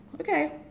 okay